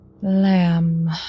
Lamb